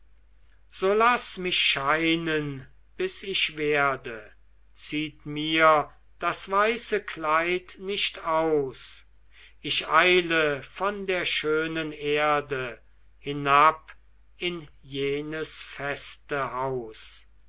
so laßt mich scheinen bis ich werde zieht mir das weiße kleid nicht aus ich eile von der schönen erde hinab in jenes feste haus